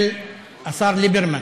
של השר ליברמן,